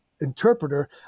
interpreter